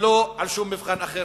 ולא בשום מבחן אחר.